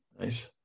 Nice